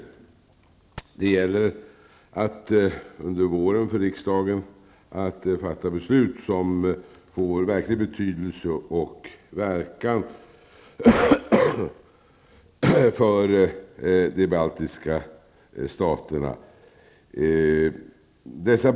Under våren gäller det för riksdagen att fatta beslut som får verklig betydelse och verkan i de baltiska staterna.